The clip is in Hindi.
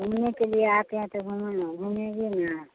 घूमने के लिए आए हैं तो घूमिए ना घूमेंगी ना हाँ